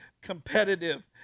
competitive